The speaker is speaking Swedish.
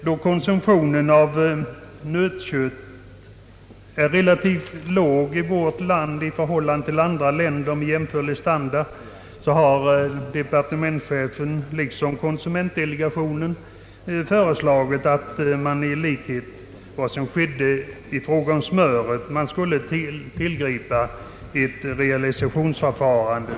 Då konsumtionen av nötkött är relativt låg i vårt land i förhållande till andra länder med jämförlig standard har departementschefen liksom konsumentdelegationen vidare föreslagit att man i likhet med vad som skett i fråga om smöret skulle tillgripa ett realisationsförfarande.